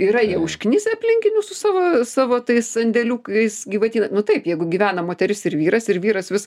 yra užknisę aplinkinius su savo savo tais sandėliukais gyvatyne na taip jeigu gyvena moteris ir vyras ir vyras vis